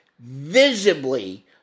visibly